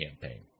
campaign